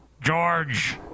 George